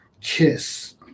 Kiss